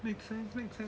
make sense make sense